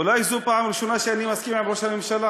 אולי זו הפעם הראשונה שאני מסכים עם ראש הממשלה,